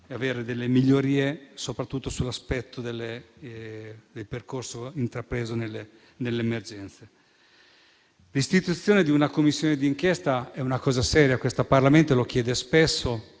avere migliorie, soprattutto nel percorso intrapreso nelle emergenze. L'istituzione di una Commissione d'inchiesta è una cosa seria: questo Parlamento la chiede spesso,